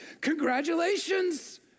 Congratulations